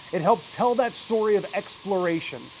it helps tell that story of exploration.